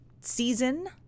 season